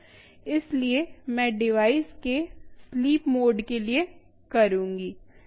इसलिए मैं डिवाइस के स्लीप मोड के लिए करुँगी